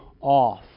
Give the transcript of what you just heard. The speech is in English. off